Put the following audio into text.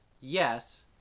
yes